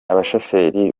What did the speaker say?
abashoferi